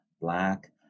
Black